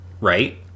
right